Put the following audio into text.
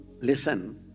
Listen